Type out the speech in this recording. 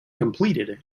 completed